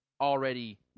already